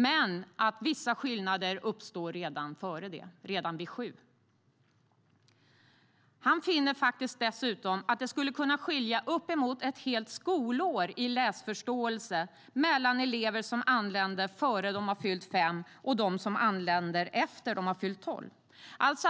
Men vissa skillnader uppstår redan innan dess, redan vid sju års ålder. Han finner dessutom att det skulle kunna skilja uppemot ett helt skolår i läsförståelse mellan elever som anländer innan de har fyllt fem och dem som anländer efter det att de har fyllt tolv